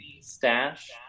stash